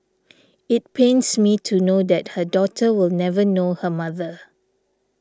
it pains me to know that her daughter will never know her mother